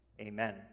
Amen